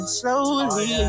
slowly